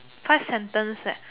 five sentence leh